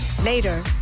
later